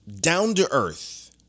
down-to-earth